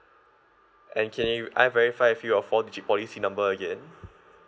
and can I verify with you your four digit policy number again